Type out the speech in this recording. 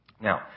Now